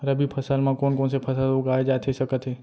रबि फसल म कोन कोन से फसल उगाए जाथे सकत हे?